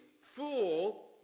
fool